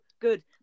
good